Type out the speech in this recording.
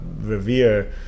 revere